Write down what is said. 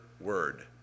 word